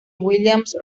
williams